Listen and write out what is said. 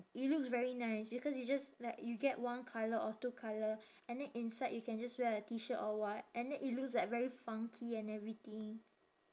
it looks very nice because it's just like you get one colour or two colour and then inside you can just wear a T shirt or what and then it looks like very funky and everything